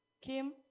Kim